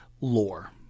Lore